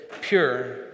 pure